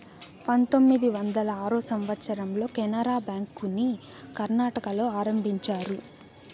పంతొమ్మిది వందల ఆరో సంవచ్చరంలో కెనరా బ్యాంకుని కర్ణాటకలో ఆరంభించారు